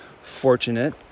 fortunate